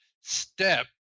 step